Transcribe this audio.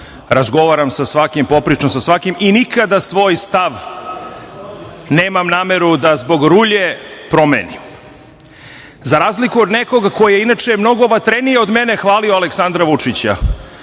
razgovaram sa svakim, popričam sa svakim i nikada svoj stav nemam nameru da zbog rulje promenim, za razliku od nekoga ko je inače mnogo vatrenije od mene hvalio Aleksandra Vučića.